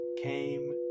came